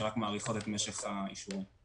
שרק מאריכות את משך האישורים.